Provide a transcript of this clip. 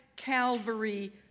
Calvary